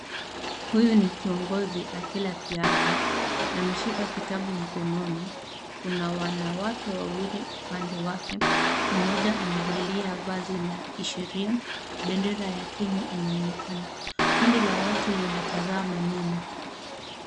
Huyu ni kiongozi akila kiapo. Ameshika kitabu mkononi. Kuna wanawake wawili upande wake, mmoja amevalia vazi la kisheria. Bendera ya kenya inaonekana. Kundi la watu linatazama nyuma.